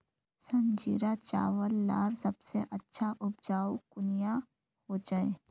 संजीरा चावल लार सबसे अच्छा उपजाऊ कुनियाँ होचए?